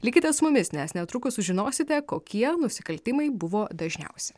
likite su mumis nes netrukus sužinosite kokie nusikaltimai buvo dažniausi